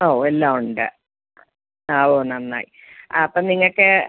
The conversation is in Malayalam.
ഓ എല്ലാം ഉണ്ട് ആ ഓ നന്നായി അപ്പോള് നിങ്ങള്ക്ക്